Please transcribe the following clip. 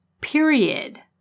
period